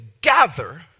gather